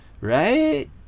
right